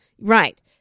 Right